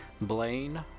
Blaine